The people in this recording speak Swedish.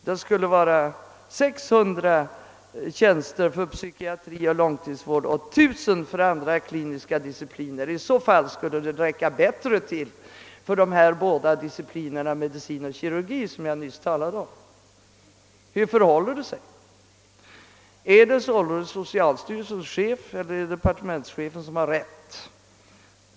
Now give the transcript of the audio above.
Det skulle vara 600 tjänster för psykiatri och långtidsvård och 1000 tjänster för andra kliniska discipliner. I så fall skulle det räcka bättre till för de båda disciplinerna medicin och kirurgi som jag nyss talade om. Hur förhåller det sig? Är det socialstyrelsens chef eller departementschefen som har rätt?